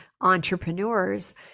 entrepreneurs